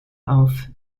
auf